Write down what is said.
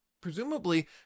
presumably